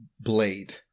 blade